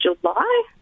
July